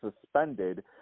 suspended